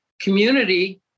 community